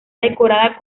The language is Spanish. decorada